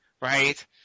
right